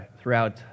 throughout